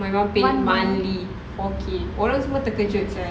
my mum pay monthly four K orang semua terkejut sia